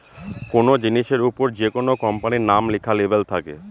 কোনো জিনিসের ওপর যেকোনো কোম্পানির নাম লেখা লেবেল থাকে